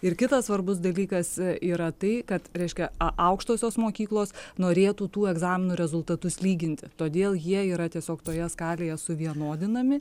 ir kitas svarbus dalykas yra tai kad reiškia a aukštosios mokyklos norėtų tų egzaminų rezultatus lyginti todėl jie yra tiesiog toje skalėje suvienodinami